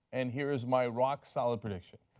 and here is my rock solid prediction.